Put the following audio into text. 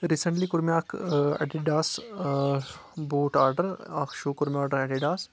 recently کوٚر مےٚ اکھ اَیٚڈیڈَاس بوٗٹھ آرڈَر اَکھ شوٗ کوٚر مےٚ آرڈَر اَیٚڈیڈَاس